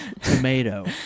Tomato